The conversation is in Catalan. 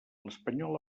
espanyola